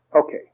Okay